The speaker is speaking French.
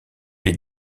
est